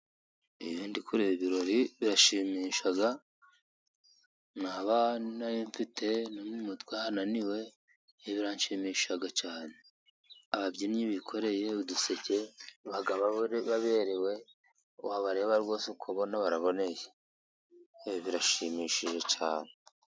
Iyo ndikureba ibirori birashimisha, naba nari mfite no mu mutwe hananiwe biranshimisha cyane. Ababyinnyi bikoreye uduseke baberewe wabareba rwose ukabona baraboneye birashimishije cyane.